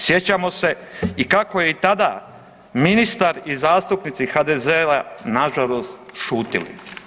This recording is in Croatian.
Sjećamo se i kako je i tada ministar i zastupnici HDZ-a nažalost, šutili.